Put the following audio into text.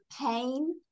pain